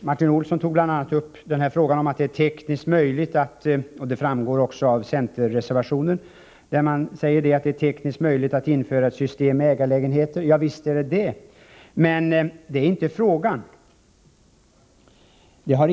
Martin Olsson tog bl.a. upp frågan om att det är tekniskt möjligt att införa ett system med ägarlägenheter. Att det är tekniskt möjligt framhålls också i centerreservationen. Ja, visst är det tekniskt möjligt, men det är inte det frågan gäller.